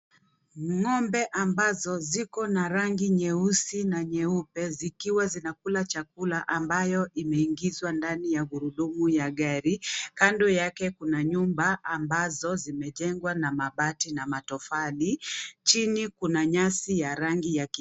Ng'ombe ambazo ziko na rangi nyeusi na nyeupe zikiwa zinakula chakula ambayo imeingizwa ndani ya gurudumu ya gari. Kando yake kuna nyumba ambazo zimejengwa na mabati na matofali, chini kuna nyasi ya rangi ya kijani kibichi.